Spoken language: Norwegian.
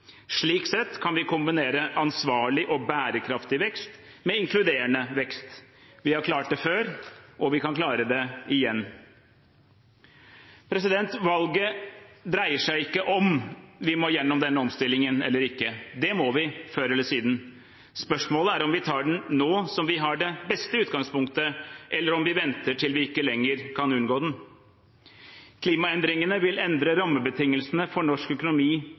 Slik sett kan vi kombinere ansvarlig og bærekraftig vekst med inkluderende vekst. Vi har klart det før, og vi kan klare det igjen. Valget dreier seg ikke om vi må gjennom denne omstillingen eller ikke – det må vi, før eller siden. Spørsmålet er om vi tar den nå som vi har det beste utgangspunktet, eller om vi venter til vi ikke lenger kan unngå den. Klimaendringene vil endre rammebetingelsene for norsk økonomi